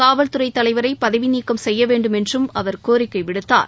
காவல்துறை தலைவரை பதவி நீக்கம் செய்ய வேண்டுமென்றும் அவர் கோரிக்கை விடுத்தார்